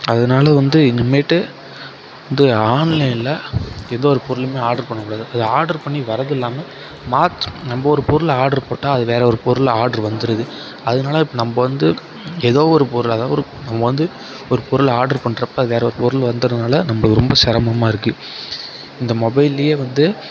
அதனால வந்து இனிமேட்டு வந்து ஆன்லைனில் எந்த ஒரு பொருளுமே ஆர்டர் பண்ண கூடாது ஆர்டர் பண்ணி வரதும் இல்லாமல் மாத் நம்ப ஒரு பொருளை ஆர்டர் போட்ட அது வேறு ஒரு பொருளாக ஆர்டர் வந்துருது அதனால நம்ப வந்து எதோ ஒரு பொருளை அதாவது நம்ப வந்து ஒரு பொருளை ஆர்டர் பண்றப்போ வேறு பொருள் வந்துடுறனால நமக்கு ரொம்ப சிரமமா இருக்கு இந்த மொபைல்லையே வந்து